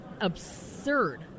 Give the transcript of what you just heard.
absurd